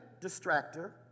distractor